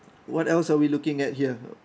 what else are we looking at here